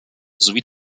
sowie